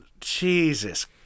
Jesus